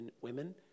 women